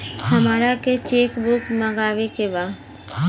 हमारा के cheque book मगावे के बा?